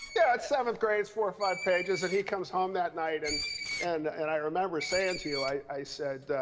yeah it's seventh grade. it's four or five pages. and he comes home that night, and and and i remember saying to you, i i said,